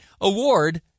award